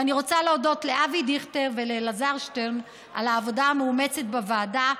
ואני רוצה להודות לאבי דיכטר ולאלעזר שטרן על העבודה המאומצת בוועדה.